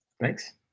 Thanks